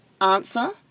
answer